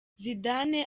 zidane